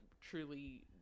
truly